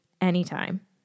anytime